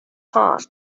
heart